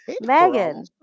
Megan